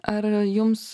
ar jums